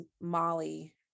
Molly